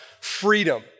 freedom